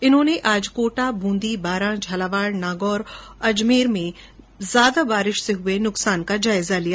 इन्होंने आज कोटा बूंदी बारां झालावाड़ नागौर और अजमेर में ज्यादा बारिश से हुए नुकसान का जायजा लिया